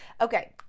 Okay